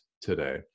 today